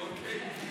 אוקיי.